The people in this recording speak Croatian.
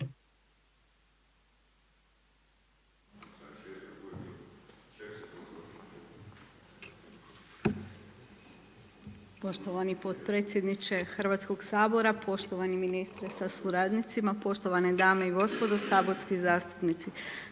poštovani potpredsjedniče Hrvatskog sabora. Poštovani saborske zastupnice, poštovani saborski zastupnici,